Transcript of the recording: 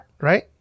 right